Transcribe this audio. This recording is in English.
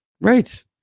Right